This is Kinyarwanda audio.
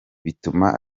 bituma